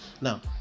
Now